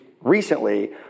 recently